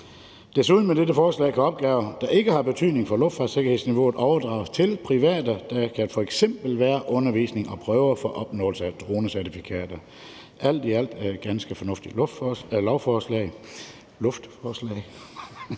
Med dette forslag kan opgaver, der ikke har betydning for luftfartssikkerhedsniveauet, desuden overdrages til private, og det kan f.eks. være undervisning og prøver for opnåelse af dronecertifikater. Alt i alt er det et ganske fornuftigt luftforslag